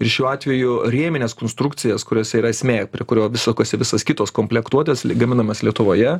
ir šiuo atveju rėmines konstrukcijas kurios yra esmė prie kurio gi sukasi visos kitos komplektuotės gaminamės lietuvoje